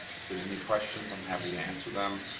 there's any questions, i'm happy to answer them.